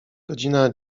godzina